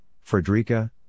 Frederica